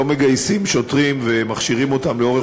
לא מגייסים שוטרים ומכשירים אותם לאורך